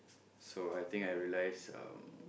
so I think I realise um